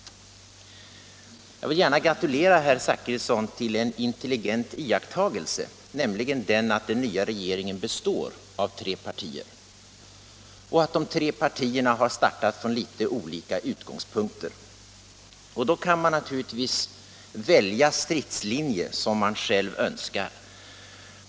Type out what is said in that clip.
Jag vill gärna gratulera herr Zachrisson till en intelligent iakttagelse, nämligen den att den nya regeringen består av tre partier och att de tre partierna har startat från litet olika utgångspunkter. Då kan oppositionen naturligtvis välja stridslinjer som man själv önskar.